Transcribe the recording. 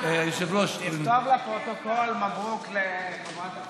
תכתוב בפרוטוקול: מברוכ לחברת הכנסת.